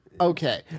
okay